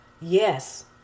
Yes